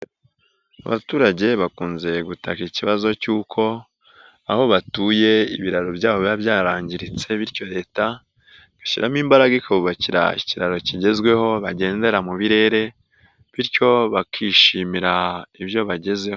Abaturage bakunze gutaka ikibazo cy'uko aho batuye ibiraro byabo biba byarangiritse bityo leta igashyiramo imbaraga ikabubakira ikiraro kigezweho bagendera mu birere bityo bakishimira ibyo bagezeho.